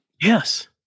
Yes